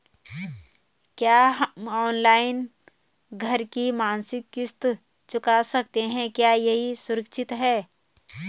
क्या हम ऑनलाइन घर की मासिक किश्त चुका सकते हैं क्या यह सुरक्षित है?